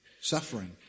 suffering